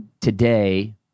Today